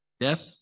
Death